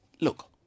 Look